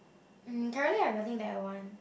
mm currently have nothing that I want